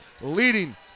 leading